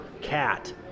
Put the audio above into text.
cat